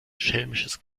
schelmisches